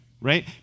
right